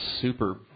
super